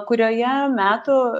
kurioje metų